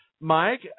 Mike